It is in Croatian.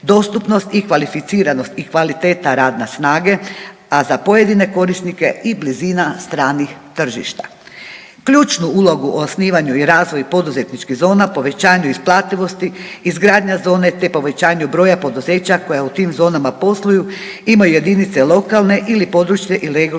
i kvalificiranost i kvaliteta radne snage, a za pojedine korisnike i blizina stranih tržišta. Ključnu ulogu u osnivanju i razvoju poduzetničkih zona, povećanju isplativosti, izgradnja zone te povećanje broja poduzeća koja u tim zonama posluju imaju jedinice lokalne ili područne i regionalne